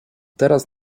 teraz